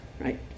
right